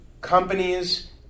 companies